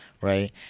Right